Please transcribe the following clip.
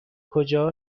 کجا